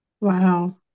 Wow